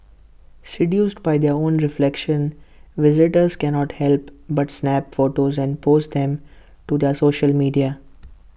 seduced by their own reflections visitors cannot help but snap photos and post them to their social media